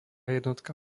jednotka